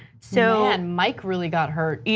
so and mike really got hurt. yeah